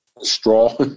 straw